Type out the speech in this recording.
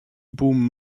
boom